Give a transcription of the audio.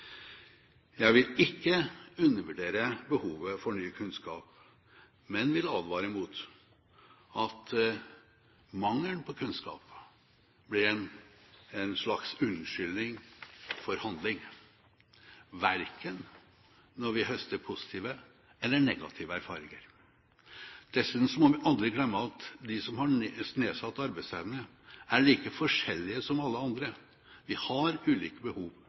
Jeg vil ikke undervurdere behovet for ny kunnskap, men advare mot at mangel på kunnskap blir en slags unnskyldning for handling – verken når vi høster positive eller når vi høster negative erfaringer. Dessuten må vi aldri glemme at de som har nedsatt arbeidsevne, er like forskjellige som alle andre. Vi har ulike behov.